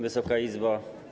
Wysoka Izbo!